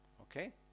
Okay